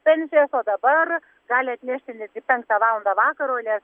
pensijas o dabar gali atnešti netgi penktą valandą vakaro nes